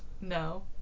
No